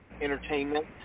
entertainment